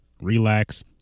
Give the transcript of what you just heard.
relax